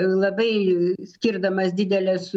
labai skirdamas dideles